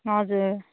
हजुर